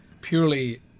purely